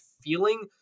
feeling